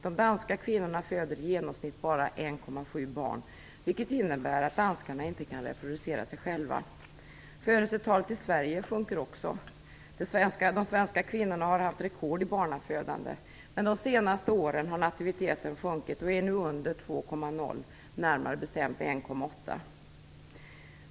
De danska kvinnorna föder i genomsnitt bara 1,7 barn, vilket innebär att danskarna inte kan reproducera sig själva. Födelsetalet i Sverige sjunker också. De svenska kvinnorna har haft rekord i barnafödande. Men under de senaste åren har nativiteten sjunkit och är nu under 2,0, närmare bestämt 1,8.